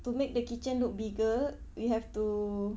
to make the kitchen look bigger we have to